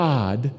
God